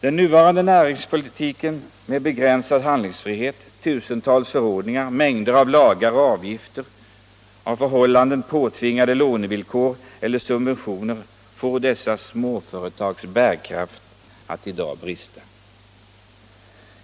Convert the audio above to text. Den nuvarande näringspolitiken med begränsad handlingsfrihet, tusentals förordningar, mängder av lagar och avgifter och av förhållandena påtvingade lånevillkor eller subventioner får dessa småföretags bärkraft att i dag brista.